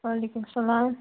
وعلیکُم سَلام